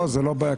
לא כספית.